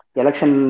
election